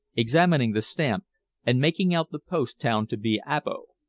examining the stamp and making out the post town to be abo.